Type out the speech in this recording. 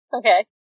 okay